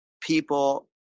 people